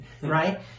right